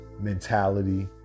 mentality